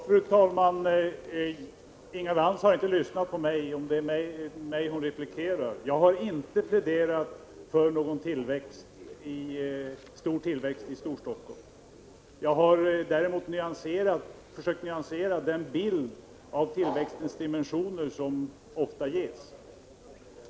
Fru talman! Inga Lantz har inte lyssnat, om det nu är mitt anförande hon replikerar på. Jag har inte pläderat för någon stor tillväxt i Storstockholm. Jag har däremot försökt nyansera den bild av tillväxtens dimensioner som ofta ges.